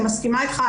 אני מסכימה איתך,